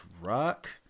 Rock